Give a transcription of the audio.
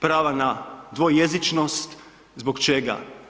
Prava na dvojezičnost, zbog čega?